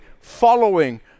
following